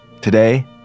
Today